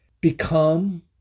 become